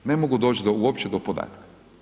Ne mogu doći uopće do podataka.